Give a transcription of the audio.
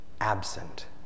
absent